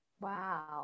Wow